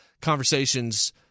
conversations